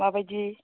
माबायदि